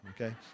okay